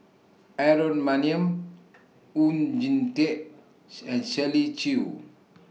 Aaron Maniam Oon Jin Teik and Shirley Chew